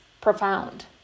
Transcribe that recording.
profound